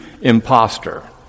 imposter